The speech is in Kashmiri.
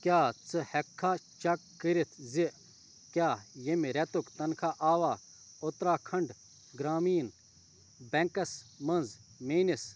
کیٛاہ ژٕ ہیٚکہِ کھا چیٚک کٔرِتھ زِ کیٛاہ ییٚمہِ ریٚتُک تنخوٛاہ آوا اُتراکھنٛڈ گرٛامیٖن بیٚنکَس منٛز میٛٲنِس